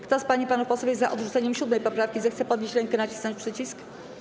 Kto z pań i panów posłów jest za odrzuceniem 7. poprawki, zechce podnieść rękę i nacisnąć przycisk.